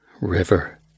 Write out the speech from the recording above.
River